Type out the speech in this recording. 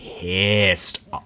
Pissed